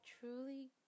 truly